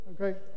okay